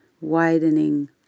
widening